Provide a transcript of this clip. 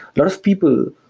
lot of people,